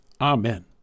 Amen